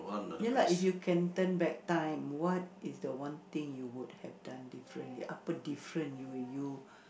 ya lah if you can turn back time what is the one thing you would have done differently apa different you you